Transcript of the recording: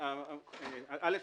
אל"ף,